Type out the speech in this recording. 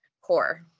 core